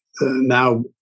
now